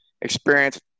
experience